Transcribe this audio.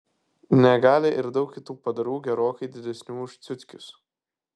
negali ir daug kitų padarų gerokai didesnių už ciuckius